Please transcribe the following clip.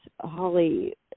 Holly